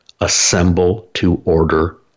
assemble-to-order